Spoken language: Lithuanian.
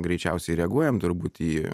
greičiausiai reaguojam turbūt į